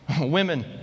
Women